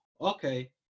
Okay